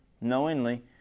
knowingly